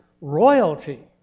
royalty